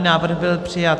Návrh byl přijat.